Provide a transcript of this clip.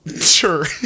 Sure